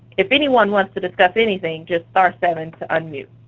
if anyone wants to discuss anything, just star-seven to unmute.